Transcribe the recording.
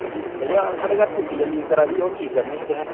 भइया ओह् साढ़े घर टूटी लीक करा दी ऐ ओह् ठीक करनी ही तुसें